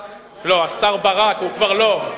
השר ברק, הוא כבר לא,